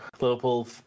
Liverpool